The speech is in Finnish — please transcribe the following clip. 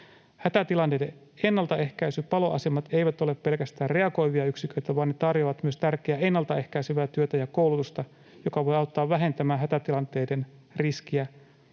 Hätätilanteiden ennaltaehkäisy: ”Paloasemat eivät ole pelkästään reagoivia yksiköitä, vaan ne tarjoavat myös tärkeää ennalta ehkäisevää työtä ja koulutusta, jotka voivat auttaa vähentämään hätätilanteiden riskiä.”